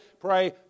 pray